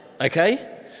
okay